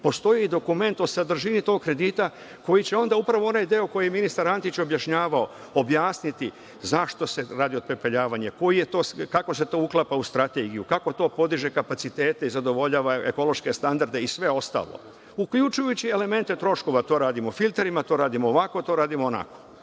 postoji i dokument o sadržini tog kredita koji će onda upravo onaj deo koji je ministar Antić objašnjavao objasniti zašto se radi otpepeljavanje, kako se to uklapa u strategiju, kako to podiže kapacitete i zadovoljava ekološke standarde i sve ostalo, uključujući elemente troškova – to radimo filterima, to radimo ovako, to radimo onako. Sada,